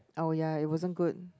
oh ya it wasn't good